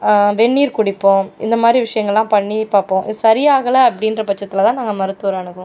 வெந்நீர் குடிப்போம் இந்தமாதிரி விஷயங்கள்லாம் பண்ணி பார்ப்போம் சரி ஆகலை அப்படின்ற பட்சத்தில் தான் நாங்கள் மருத்துவரை அணுகுவோம்